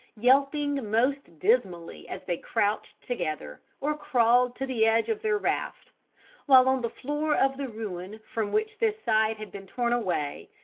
yelping most dismally as they crouched together, or crawled to the edge of their raft while on the floor of the ruin from which this side had been torn away,